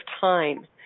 time